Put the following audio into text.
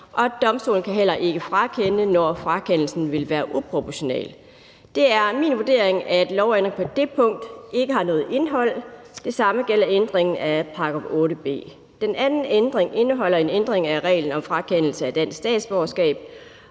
og domstolene kan heller ikke frakende, når frakendelsen vil være uproportional. Det er min vurdering, at lovændringen på det punkt ikke har noget indhold, og det samme gælder ændringen af § 8 B. Den anden ændring er en ændring af reglen om frakendelse af dansk statsborgerskab